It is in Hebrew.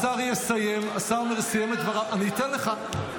השר יסיים את דבריו, אני אתן לך.